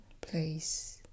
place